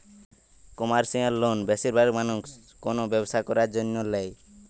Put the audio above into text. commercial loan বেশিরভাগ মানুষ কোনো ব্যবসা করার জন্য ল্যায়